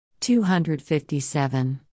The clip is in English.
257